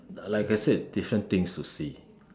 like I said different things to see